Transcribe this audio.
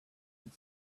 had